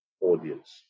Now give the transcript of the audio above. audience